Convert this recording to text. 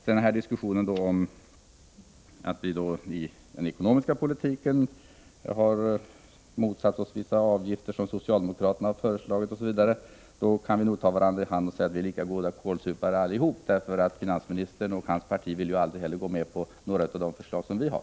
Kjell-Olof Feldt hävdar att vi i den ekonomiska politiken motsatt oss vissa avgifter som socialdemokraterna föreslagit. Jag kan säga att då kan vi ta varandra i hand och säga vi är lika goda kålsupare allihop. Finansministern och hans parti vill ju heller aldrig gå med på några av de förslag vi har.